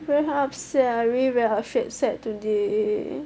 very upset I really very upset today